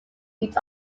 feed